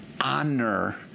Honor